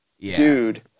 dude